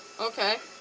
okay